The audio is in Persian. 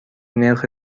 نرخ